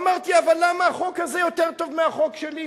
אמרתי: אבל למה החוק הזה יותר טוב מהחוק שלי,